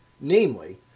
namely